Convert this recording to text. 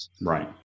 right